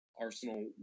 Arsenal